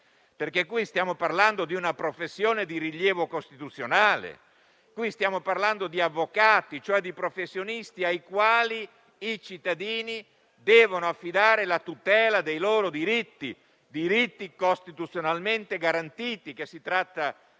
perché stiamo parlando di una professione di rilievo costituzionale; stiamo parlando di avvocati, e cioè di professionisti ai quali i cittadini devono affidare la tutela di loro diritti costituzionalmente garantiti, che si tratti di